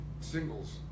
singles